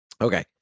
okay